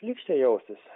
šlykščiai jaustis